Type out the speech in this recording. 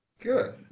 Good